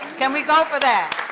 can we go for that?